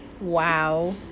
Wow